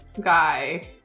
guy